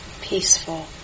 peaceful